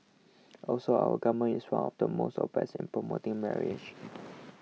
also our government is one of the most obsessed in promoting marriage